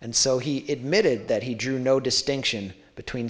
and so he it mid that he drew no distinction between